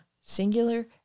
singular